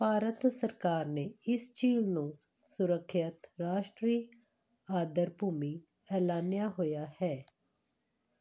ਭਾਰਤ ਸਰਕਾਰ ਨੇ ਇਸ ਝੀਲ ਨੂੰ ਸੁਰੱਖਿਅਤ ਰਾਸ਼ਟਰੀ ਆਦ੍ਰ ਭੂਮੀ ਐਲਾਨਿਆ ਹੋਇਆ ਹੈ